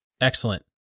Excellent